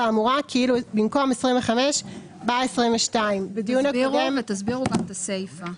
(4) האמורה כאילו במקום "25" בא "22"; תסבירו את הסיפה,